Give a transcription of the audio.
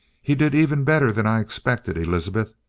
he did even better than i expected, elizabeth.